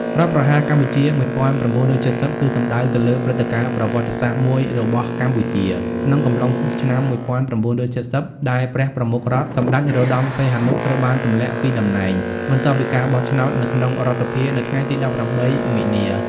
រដ្ឋប្រហារកម្ពុជា១៩៧០ គឺសំដៅទៅលើព្រឹត្តិការណ៍ប្រវត្តិសាស្ត្រមួយរបស់កម្ពុជា ក្នុងកំឡុងឆ្នាំ១៩៧០ ដែលព្រះប្រមុខរដ្ឋ សម្តេចនរោត្ដម សីហនុ ត្រូវបានទម្លាក់ពីតំណែង បន្ទាប់ពីការបោះឆ្នោតនៅក្នុងរដ្ឋសភានៅថ្ងៃទី ១៨ មីនា។